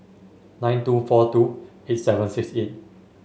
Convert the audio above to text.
nine two four two eight seven six eight